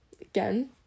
Again